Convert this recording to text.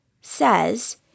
says